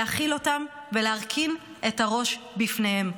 להכיל אותם ולהרכין את הראש בפניהם.